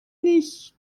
nicht